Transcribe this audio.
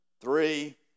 Three